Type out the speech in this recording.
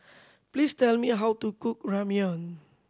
please tell me how to cook Ramyeon